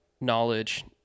knowledge